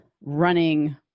running